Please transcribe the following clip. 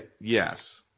yes